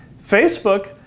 Facebook